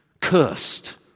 cursed